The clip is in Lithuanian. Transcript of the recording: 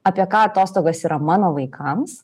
apie ką atostogas yra mano vaikams